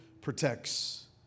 protects